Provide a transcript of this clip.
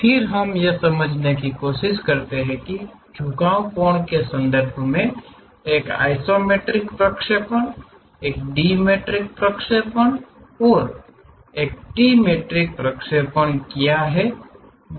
फिर हम यह समझने की कोशिश करते हैं कि झुकाव कोण के संदर्भ में एक आइसोमेट्रिक प्रक्षेपण एक डिमेट्रिक प्रक्षेपण और ट्रिमेट्रिक प्रक्षेपण क्या है